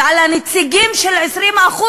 ועל הנציגים של 20%,